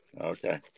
Okay